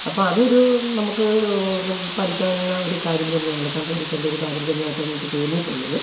അപ്പോൾ അത് ഒരു നമുക്ക് പഠിക്കാൻ എന്ന ഒരു കാര്യം തന്നെയാണ് കണ്ടുപഠിക്കേണ്ട ഒരു കാര്യം തന്നെയായിട്ടാണ് എനിക്ക് തോന്നിയിട്ടുള്ളത്